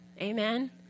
Amen